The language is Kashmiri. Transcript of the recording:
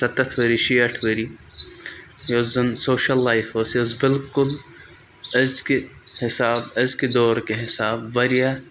سَتَتھ ؤری شیٹھ ؤری یۄس زَن سوشَل لایف ٲس یۄس بِلکُل أزکہِ حِساب أزکہِ دور کہِ حِساب واریاہ